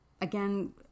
Again